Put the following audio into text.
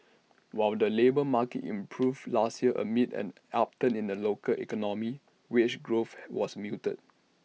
while the labour market improved last year amid an upturn in the local economy wage growth was muted